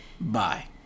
Bye